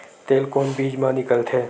तेल कोन बीज मा निकलथे?